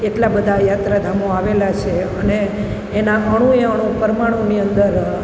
એટલા બધા યાત્રાધામો આવેલા છે અને એના અણુ એ અણુ પરમાણુની અંદર